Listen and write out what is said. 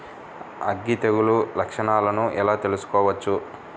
అగ్గి తెగులు లక్షణాలను ఎలా తెలుసుకోవచ్చు?